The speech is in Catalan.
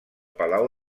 palau